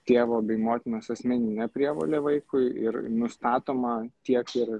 tėvo bei motinos asmeninė prievolė vaikui ir nustatoma tiek ir